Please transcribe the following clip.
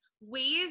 ways